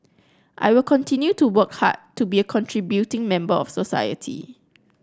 I will continue to work hard to be a contributing member of society